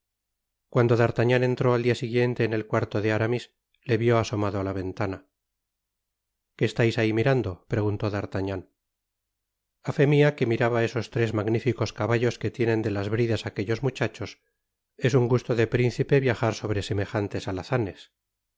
cuando d'artagnan entró al dia siguiente en el cuarto de aramis le vio asomado á la ventana que estais ahi mirando preguntó d'artagnan a fe mia que admiraba esos tres magnificos caballos que tienen de las bridas aquellos muchachos es un gusto de principe el viajar sobre semejantes alazana